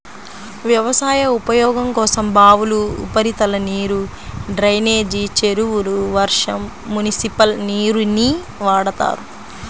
వ్యవసాయ ఉపయోగం కోసం బావులు, ఉపరితల నీరు, డ్రైనేజీ చెరువులు, వర్షం, మునిసిపల్ నీరుని వాడతారు